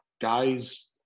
guys